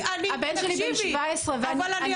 הבן שלי בן 17 ואני --- תקשיבי,